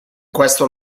questo